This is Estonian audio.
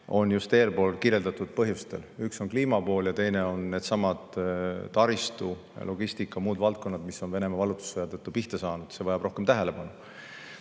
nii just eespool kirjeldatud põhjustel. Üks on kliimapool ja teine on needsamad taristu, logistika ja muud valdkonnad, mis on Venemaa vallutussõja tõttu pihta saanud. Need vajavad rohkem tähelepanu. Kärbe